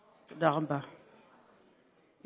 תודה רבה,